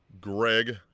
Greg